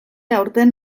aurten